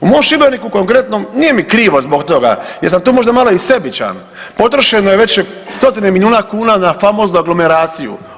U mom Šibeniku konkretno nije mi krivo zbog toga, jer sam tu možda malo i sebičan potrošeno je već stotine milijuna kuna na famoznu aglomeraciju.